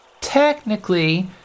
Technically